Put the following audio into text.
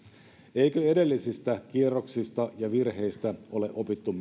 eikö edellisistä kierroksista ja virheistä ole opittu